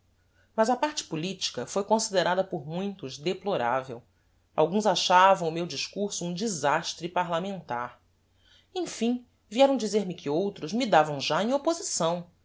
mas a parte politica foi considerada por muitos deploravel alguns achavam o meu discurso um desastre parlamentar emfim vieram dizer-me que outros me davam já em opposição